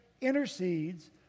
intercedes